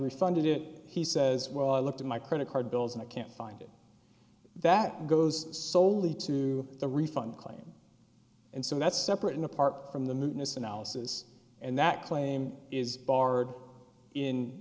refunded it he says well i looked at my credit card bills and i can't find it that goes soley to the refund claim and so that's separate and apart from the moon is analysis and that claim is barred in